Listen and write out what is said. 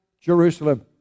Jerusalem